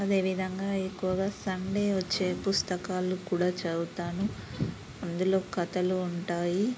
అదేవిధంగా ఎక్కువగా సండే వచ్చే పుస్తకాలు కూడా చదువుతాను అందులో కథలు ఉంటాయి